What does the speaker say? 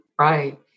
Right